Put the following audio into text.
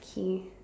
okay